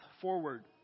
forward